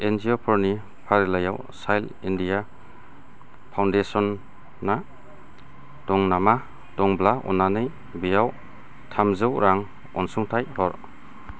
N G O फोरनि फारिलाइयाव child India फाउन्डेसना दं नामा दंब्ला अन्नानै बेयाव थामजौ रां अनसुंथाइ हर